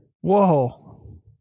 whoa